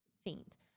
saint